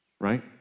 right